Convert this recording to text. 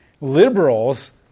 Liberals